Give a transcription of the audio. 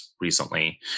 recently